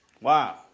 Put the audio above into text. Wow